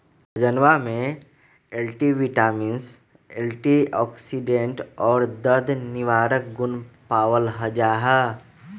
सहजनवा में multivitamins antioxidant और दर्द निवारक गुण पावल जाहई